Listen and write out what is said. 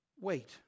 wait